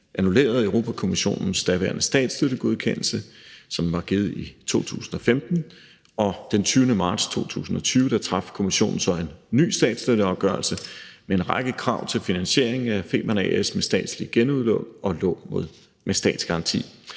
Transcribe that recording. annullerede Europa-Kommissionens daværende statsstøttegodkendelse, som var givet i 2015, og den 20. marts 2020 traf Kommissionen så en ny statsstøtteafgørelse med en række krav til finansieringen af Femern A/S med statslige genudlån og lån med statsgaranti.